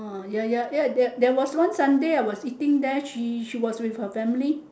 ya ya ya there there was one Sunday I was eating there she she was with her family